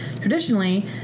Traditionally